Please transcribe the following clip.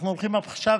אנחנו הולכים עכשיו,